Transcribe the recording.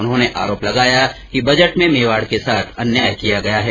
उन्होंने आरोप लगाया कि बजट में मेवाड़ के साथ अन्याय किया गया है